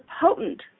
potent